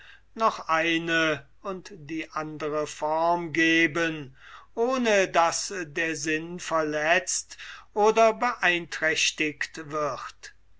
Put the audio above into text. noch eine und die andere form geben ohne daß der sinn verletzt oder beeinträchtigt wird